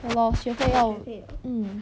ya lor 学费要 mm